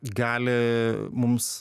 gali mums